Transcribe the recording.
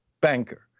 banker